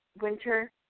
winter